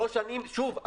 שוב,